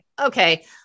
okay